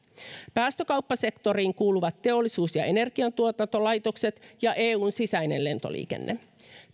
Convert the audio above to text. päästökauppasektoriin kuuluvat teollisuus ja energiantuotantolaitokset ja eun sisäinen lentoliikenne